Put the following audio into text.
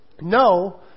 no